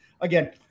Again